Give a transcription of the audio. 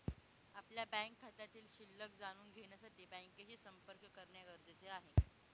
आपल्या बँक खात्यातील शिल्लक जाणून घेण्यासाठी बँकेशी संपर्क करणे गरजेचे आहे